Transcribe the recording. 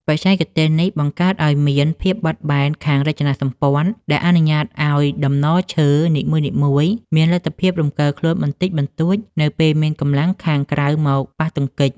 បច្ចេកទេសនេះបង្កើតឱ្យមាន ភាពបត់បែនខាងរចនាសម្ព័ន្ធ ដែលអនុញ្ញាតឱ្យតំណឈើនីមួយៗមានលទ្ធភាពរំកិលខ្លួនបន្តិចបន្តួចនៅពេលមានកម្លាំងខាងក្រៅមកប៉ះទង្គិច។